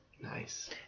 Nice